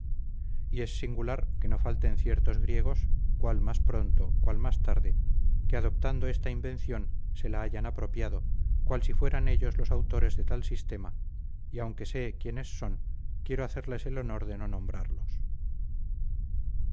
y es singular que no falten ciertos griegos cuál más pronto cuál más tarde que adoptando esta invención se la hayan apropiado cual si fueran ellos los autores de tal sistema y aunque sé quiénes son quiero hacerles el honor de no nombrarlos